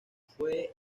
fue